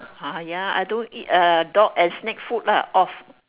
ha ya I don't uh dog and snake food lah off